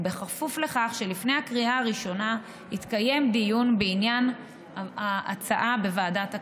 בכפוף לכך שלפני הקריאה הראשונה יתקיים דיון בעניין ההצעה בוועדת הכנסת.